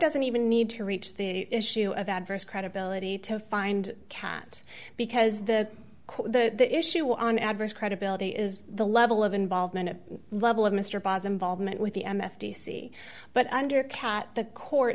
doesn't even need to reach the issue of adverse credibility to find cat because the the issue on adverse credibility is the level of involvement a level of mr bosler involvement with the f t c but under cat the court